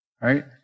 Right